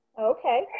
Okay